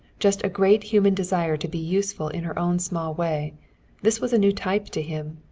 just a great human desire to be useful in her own small way this was a new type to him.